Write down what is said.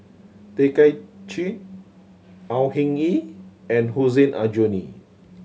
Tay Kay Chin Au Hing Yee and Hussein Aljunied